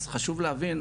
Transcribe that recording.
אז חשוב להבין,